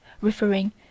referring